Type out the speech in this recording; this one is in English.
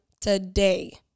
today